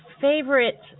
favorite